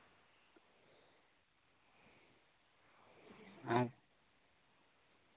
ᱟᱨ